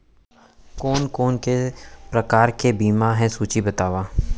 कोन कोन से प्रकार के बीमा हे सूची बतावव?